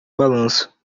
balanço